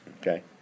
Okay